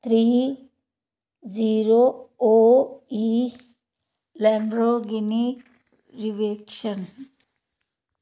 three zero O E Lamborghini ਰੀਵੇਚਨ